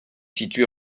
situé